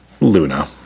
Luna